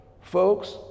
Folks